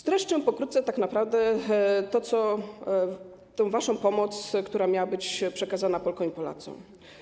Streszczę pokrótce tak naprawdę tę waszą pomoc, która miała być przekazana Polkom i Polakom.